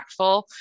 impactful